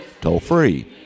toll-free